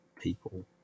people